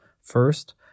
First